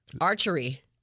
Archery